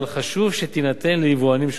חשוב שתינתן ליבואנים שונים